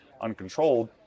uncontrolled